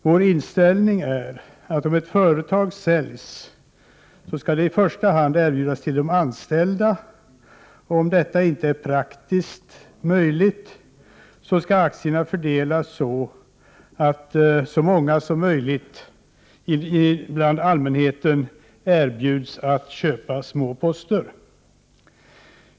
Vår inställning är att om ett företag säljs, skall det i första hand erbjudas till de anställda och om detta inte är praktiskt möjligt skall aktierna fördelas på många händer genom att allmänheten erbjuds att köpa små poster.